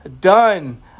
done